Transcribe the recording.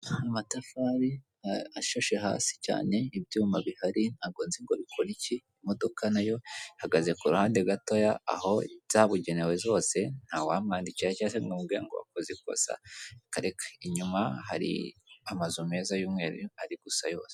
Amatafari ashashe hasi cyane ibyuma bihari ntabwo nzi ngo bikora iki, imodoka nayo ihagaze ku ruhande gatoya aho zabugenewe zose, ntawamwandikira cyangwa ngo akoze ikosa, inyuma hari amazu meza y'umweru ari gusa yose.